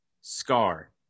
Scar